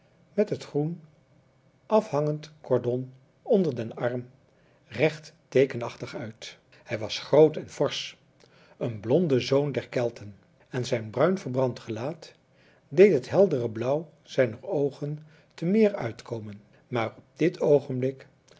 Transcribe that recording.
met het groen afhangend cordon onder den arm recht teekenachtig uit hij was groot en forsch een blonde zoon der celten en zijn bruinverbrand gelaat deed het heldere blauw zijner oogen te meer uitkomen maar op dit oogenblik